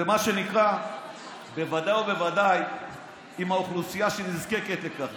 ומה שנקרא בוודאי ובוודאי עם האוכלוסייה שנזקקת לכך.